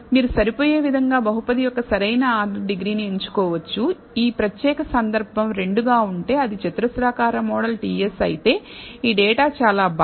మీరు సరిపోయే విధంగా బహుపది యొక్క సరైన ఆర్డర్ డిగ్రీని ఎంచుకోవచ్చు ఈ ప్రత్యేక సందర్భం 2 గా ఉంటే అది చతురస్రాకార మోడల్ ts అయితే ఈ డేటా చాలా బాగా